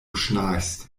schnarchst